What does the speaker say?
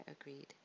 agreed